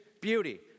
Beauty